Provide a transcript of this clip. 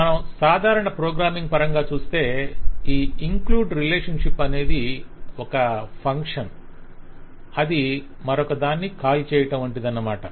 మనం సాధారణ ప్రోగ్రామింగ్ పరంగా చూస్తే ఇంక్లూడ్ రిలేషన్షిప్ అనేది ఒక ఫంక్షన్ అది మరొక దాన్ని కాల్ చేయటం వంటిదన్నమాట